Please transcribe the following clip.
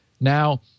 Now